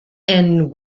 and